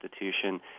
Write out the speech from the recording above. institution